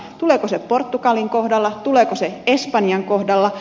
tuleeko se portugalin kohdalla tuleeko se espanjan kohdalla